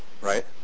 Right